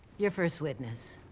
your first witness.